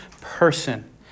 person